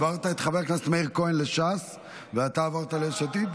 העברת את חבר הכנסת מאיר כהן לש"ס ואתה עברת ליש עתיד?